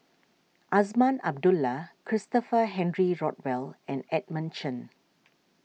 Azman Abdullah Christopher Henry Rothwell and Edmund Chen